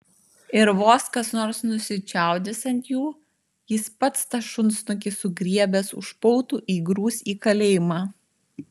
ir vos kas nors nusičiaudės ant jų jis pats tą šunsnukį sugriebęs už pautų įgrūs į kalėjimą